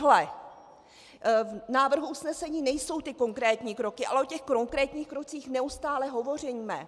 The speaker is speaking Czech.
V návrhu usnesení nejsou ty konkrétní kroky, ale o těch konkrétních krocích neustále hovoříme.